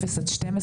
אפס עד 12,